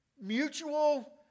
mutual